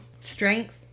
Strength